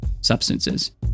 substances